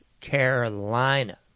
Carolina